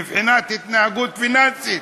מבחינת התנהגות פיננסית,